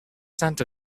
scent